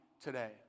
today